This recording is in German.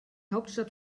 hauptstadt